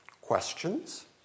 Questions